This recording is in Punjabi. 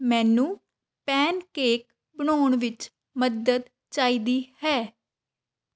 ਮੈਨੂੰ ਪੈਨਕੇਕ ਬਣਾਉਣ ਵਿੱਚ ਮਦਦ ਚਾਹੀਦੀ ਹੈ